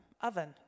oven